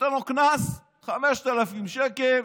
נותן לו קנס 5,000 שקל.